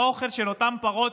באוכל של אותן פרות,